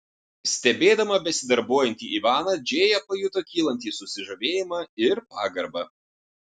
stebėdama besidarbuojantį ivaną džėja pajuto kylantį susižavėjimą ir pagarbą